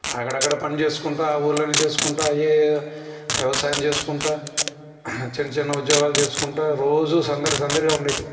అక్కడక్కడా పని చేసుకుంటా ఆ ఊరులో చేసుకుంటా ఈ వ్యవసాయం చేసుకుంటా చిన్న చిన్న ఉద్యోగాలు చేసుకుంటా ఉంటా రోజు సందడి సందడిగా ఉండేది